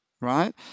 right